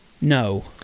No